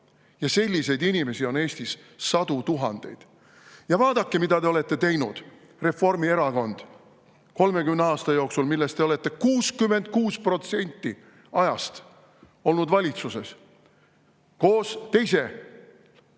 ja selliseid inimesi on Eestis sadu tuhandeid. Vaadake, mida te olete teinud, Reformierakond, 30 aasta jooksul, millest 66% ajast olete te olnud valitsuses koos teise